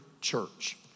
church